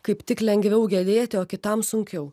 kaip tik lengviau gedėti o kitam sunkiau